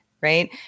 right